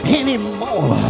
anymore